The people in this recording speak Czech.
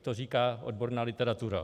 To říká odborná literatura.